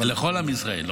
לכל עם ישראל.